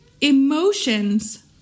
emotions